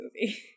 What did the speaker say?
movie